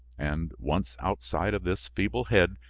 and, once outside of this feeble head,